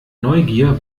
neugier